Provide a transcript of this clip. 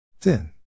Thin